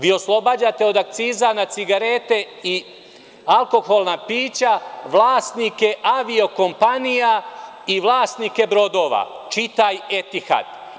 Vi oslobađate od akciza na cigarete i alkoholna pića vlasnike avio-kompanija i vlasnike brodova, čitaj: Etihad.